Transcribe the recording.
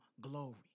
glory